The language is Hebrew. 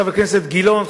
חבר כנסת גילאון,